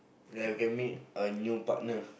ya you can meet a new partner